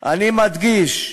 אני מדגיש: